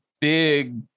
big